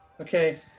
Okay